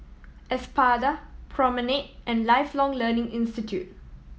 Espada Promenade and Lifelong Learning Institute